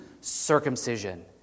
circumcision